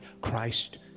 Christ